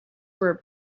were